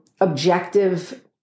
objective